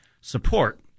support